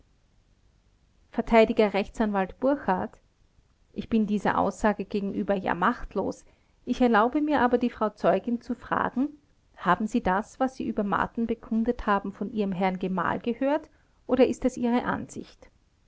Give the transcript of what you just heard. verteidiger r a burchard ich bin dieser aussage gegenüber ja machtlos ich erlaube mir aber die frau zeugin zu fragen haben sie das was sie über marten bekundet haben von ihrem herrn gemahl gehört oder ist das ihre ansicht